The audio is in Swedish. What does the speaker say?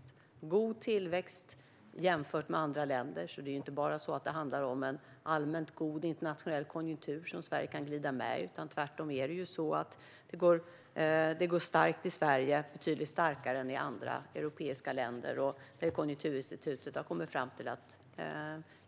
Det är en god tillväxt jämfört med andra länder. Det är inte bara så att det handlar om en allmänt god internationell konjunktur som Sverige kan glida med. Tvärtom är det så att tillväxten är stark i Sverige, betydligt starkare än i andra europeiska länder. Konjunkturinstitutet har kommit fram till att